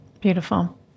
Beautiful